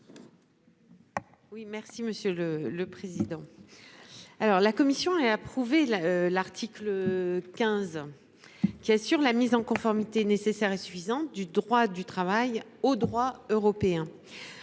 Oui, merci Monsieur le le président. Alors la commission et approuvé la l'article 15. Qui assure la mise en conformité nécessaire et suffisante du droit du travail au droit européen.